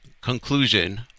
conclusion